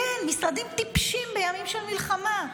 כן משרדים טיפשיים בימים של מלחמה,